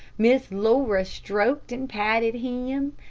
miss laura stroked and patted him,